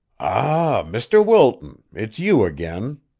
ah, mr. wilton, it's you again.